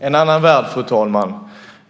Fru talman!